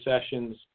sessions